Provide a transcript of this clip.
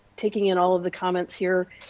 taking in all of the comments here,